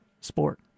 sport